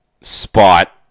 spot